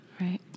Right